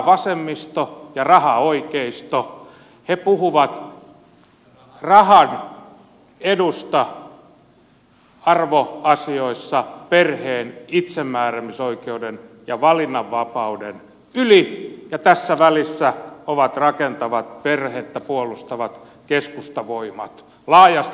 rahavasemmisto ja rahaoikeisto puhuvat rahan edusta arvoasioissa perheen itsemääräämisoikeuden ja valinnanvapauden yli ja tässä välissä ovat rakentavat perhettä puolustavat keskustavoimat laajasti ymmärrettyinä